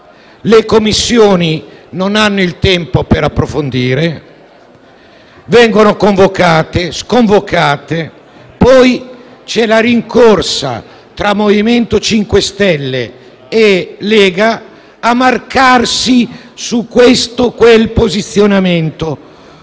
le Commissioni che non hanno il tempo per approfondire e che vengono convocate e sconvocate. Poi c'è la rincorsa tra MoVimento 5 Stelle e Lega a marcarsi su questo o quel posizionamento,